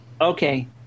Okay